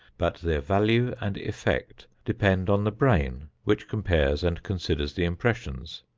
but their value and effect depend on the brain which compares and considers the impressions.